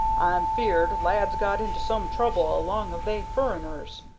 i'm feared lad's got into some trouble along of they furriners,